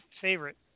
favorite